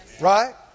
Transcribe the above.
right